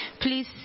please